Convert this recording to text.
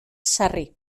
sarri